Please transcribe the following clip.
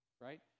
Right